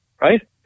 right